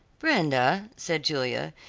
brenda, said julia,